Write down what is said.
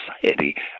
society